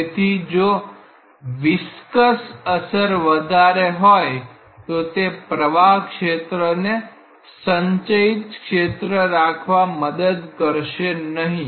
તેથી જો વિસ્કસ અસર વધારે હોય તો તે પ્રવાહ ક્ષેત્રને સંચયિત ક્ષેત્ર રાખવા મદદ કરશે નહીં